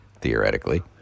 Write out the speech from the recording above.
theoretically